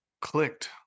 clicked